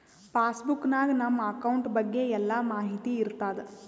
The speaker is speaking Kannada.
ಪಾಸ್ ಬುಕ್ ನಾಗ್ ನಮ್ ಅಕೌಂಟ್ ಬಗ್ಗೆ ಎಲ್ಲಾ ಮಾಹಿತಿ ಇರ್ತಾದ